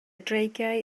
dreigiau